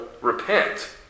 repent